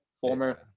former